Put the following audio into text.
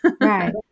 Right